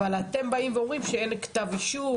אבל אתם באים ואומרים שאין כתב אישום,